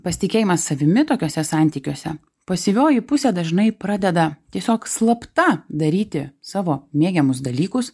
pasitikėjimas savimi tokiuose santykiuose pasyvioji pusė dažnai pradeda tiesiog slapta daryti savo mėgiamus dalykus